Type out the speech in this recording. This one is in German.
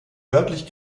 nördlich